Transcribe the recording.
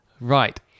Right